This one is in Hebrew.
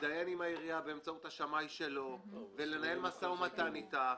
להתדיין עם העירייה באמצעות השמאי שלו ולנהל משא ומתן איתה.